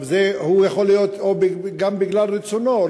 וזה יכול להיות גם בגלל רצונו,